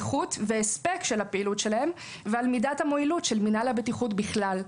איכות והספק של הפעילות שלהם ועל מידת המועילות של מינהל הבטיחות בכלל".